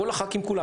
כל הח"כים כולם,